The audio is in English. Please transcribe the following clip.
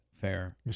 fair